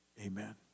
amen